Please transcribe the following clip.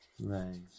Right